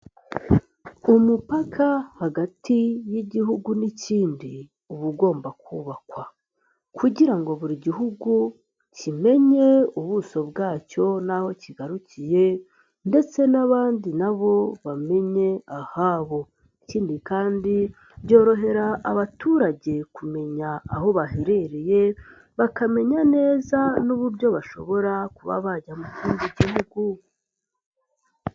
Umupaka hagati y'igihugu n'ikindi uba ugomba kubakwa kugira ngo buri gihugu kimenye ubuso bwacyo n'aho kigarukiye ndetse n'abandi nabo bamenye ahabo, ikindi kandi byorohera abaturage kumenya aho baherereye, bakamenya neza n'uburyo bashobora kuba bajya mu kindi gihugu.